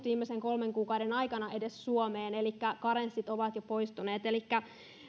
viimeisen kolmen kuukauden aikana suomeen elikkä karenssit ovat jo poistuneet